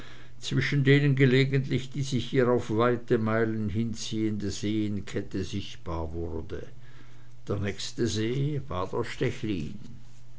zwischen denen gelegentlich die sich hier auf weite meilen hinziehende seenkette sichtbar wurde der nächste see war der stechlin